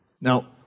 Now